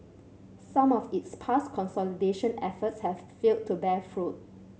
some of its past consolidation efforts have failed to bear fruit